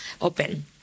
open